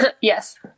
Yes